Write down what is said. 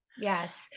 Yes